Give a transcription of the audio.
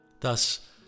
Thus